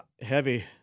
heavy